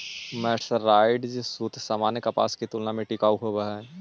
mercerised सूत सामान्य कपास के तुलना में टिकाऊ होवऽ हई